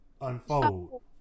unfold